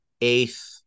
eighth